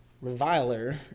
reviler